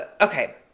okay